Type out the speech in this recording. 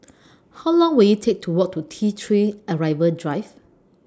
How Long Will IT Take to Walk to T three Arrival Drive